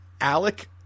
Alec